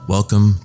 Welcome